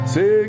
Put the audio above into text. Say